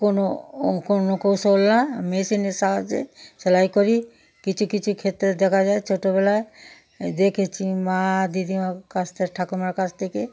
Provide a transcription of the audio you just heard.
কোনো কোন কৌশল না মেশিনের সাহায্যে সেলাই করি কিছু কিছু ক্ষেত্রে দেখা যায় ছোটোবেলায় দেখেছি মা দিদিমা কাছ থেকে ঠাকুমার কাছ থেকে